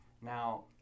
Now